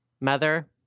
Mother